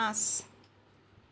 পাঁচ